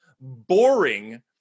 boring